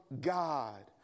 God